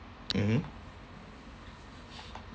mmhmm